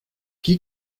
qui